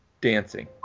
dancing